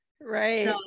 Right